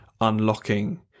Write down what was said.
unlocking